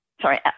Sorry